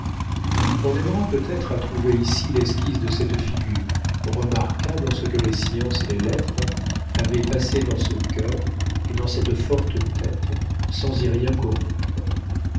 on aimera peut-être à trouver ici l'esquisse de cette figure remarquable en ce que les sciences et les lettres avaient passé dans ce cœur et dans cette forte tête sans y rien